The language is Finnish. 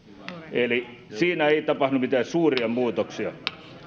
eli siinä ei tapahdu mitään suuria muutoksia